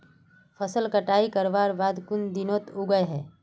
फसल कटाई करवार कुन दिनोत उगैहे?